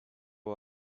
var